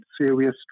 serious